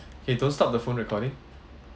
K don't stop the phone recording